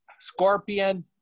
Scorpion